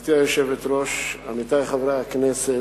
גברתי היושבת-ראש, עמיתי חברי הכנסת,